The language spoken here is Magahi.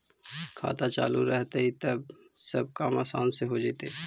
खाता चालु रहतैय तब सब काम आसान से हो जैतैय?